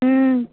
ହୁଁ